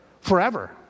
Forever